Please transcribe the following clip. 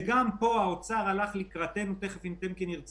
גם פה משרד האוצר הלך לקראתנו תיכף אם איתי טמקין ירצה